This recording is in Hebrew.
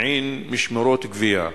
מעין משמרות גבייה,